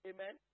Amen